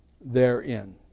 therein